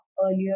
earlier